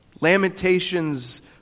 Lamentations